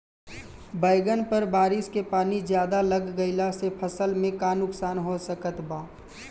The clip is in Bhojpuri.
बैंगन पर बारिश के पानी ज्यादा लग गईला से फसल में का नुकसान हो सकत बा?